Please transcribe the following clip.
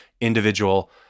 individual